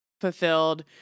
fulfilled